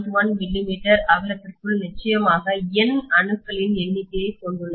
1 millimetre அகலத்திற்குள் நிச்சயமாக N அணுக்களின் எண்ணிக்கையைக் கொண்டுள்ளது